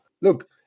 Look